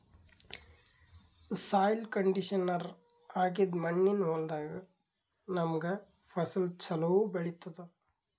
soil conditioner ಹಾಕಿದ್ದ್ ಮಣ್ಣಿನ್ ಹೊಲದಾಗ್ ನಮ್ಗ್ ಫಸಲ್ ಛಲೋ ಬೆಳಿತದ್